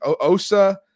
Osa